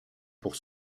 pour